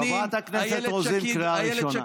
חברת הכנסת רוזין, קריאה ראשונה.